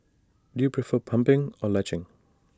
do you prefer pumping or latching